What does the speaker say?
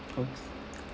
!oops!